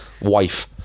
Wife